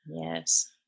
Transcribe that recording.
Yes